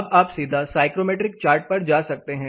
अब आप सीधा साइक्रोमेट्रिक चार्ट पर जा सकते हैं